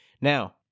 now